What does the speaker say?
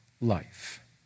life